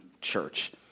church